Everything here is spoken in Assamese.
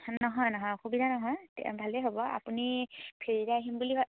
নহয় নহয় অসুবিধা নহয় ভালেই হ'ব আপুনি ফেৰীতে আহিম বুলি ভা